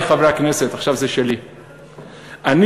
תגלה לנו.